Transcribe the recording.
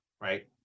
right